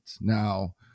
now